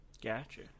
Gotcha